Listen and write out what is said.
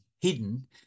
hidden